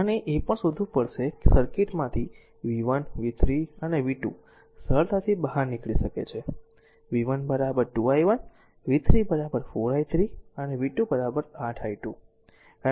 અને એ પણ શોધવું પડશે કે સર્કિટમાંથી v 1 v 3 અને v 2 સરળતાથી બહાર નીકળી શકે છે v 1 2 i1 v 3 4 i3 અને v 2 8 i2